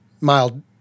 mild